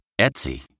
Etsy